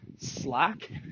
slack